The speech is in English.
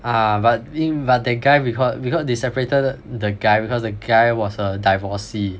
ah but me~ but that guy bec~ because they separated the guy because the guy was a divorcee